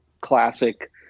classic